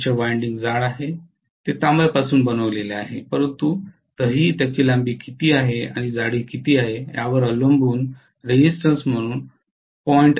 armature winding जाड आहे ते तांबेपासून बनविलेले आहे परंतु तरीही त्याची लांबी किती आहे आणि जाडी किती आहे यावर अवलंबून प्रतिकार म्हणून ०